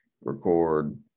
record